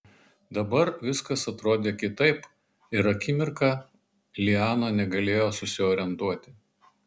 dabar viskas atrodė kitaip ir akimirką liana negalėjo susiorientuoti